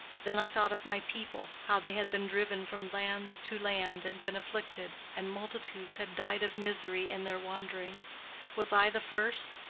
then i thought of my people, how they had been driven from land to land and been afflicted, and multitudes had died of misery in their wandering was i the first?